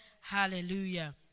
Hallelujah